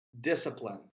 discipline